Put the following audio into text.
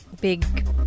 Big